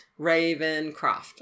Ravencroft